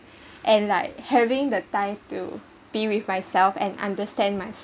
and like having the time to be with myself and understand my